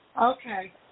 Okay